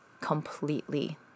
completely